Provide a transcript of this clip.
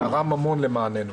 תרם המון למעננו.